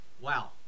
wow